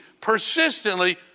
persistently